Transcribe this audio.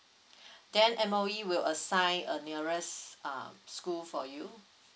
then M_O_E will assign a nearest uh school for you